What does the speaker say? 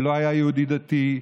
שלא היה יהודי דתי,